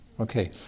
Okay